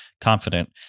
confident